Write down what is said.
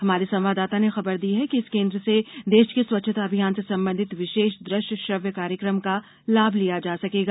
हमारे संवाददाता ने खबर दी है कि इस केन्द्र से देश के स्वच्छता अभियान से संबंधित विशेष दु श्य श्रव्य कार्यक्रम का लाभ लिया जा सकेगा